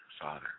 Father